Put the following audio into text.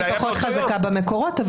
אני פחות חזקה במקורות.